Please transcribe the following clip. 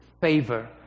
favor